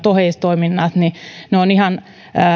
oheistoiminnat ovat ihan